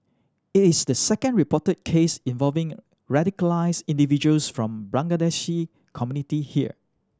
it is the second reported case involving radicalised individuals from Bangladeshi community here